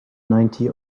ninety